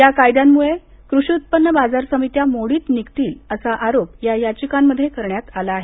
या कायद्यांमुळे कृषी उत्पन्न बाजार समित्या मोडीत निघतील असा आरोप या याचिकांमध्ये करण्यात आला आहे